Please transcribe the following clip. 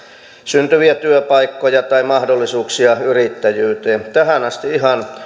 syntyviä työpaikkoja tai mahdollisuuksia yrittäjyyteen tähän asti ihan